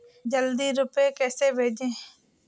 जल्दी रूपए कैसे भेजें?